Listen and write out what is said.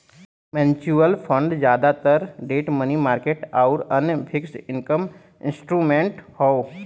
debt mutual fund जादातर debt money market आउर अन्य फिक्स्ड इनकम इंस्ट्रूमेंट्स हौ